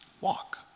Walk